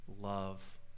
love